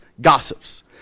gossips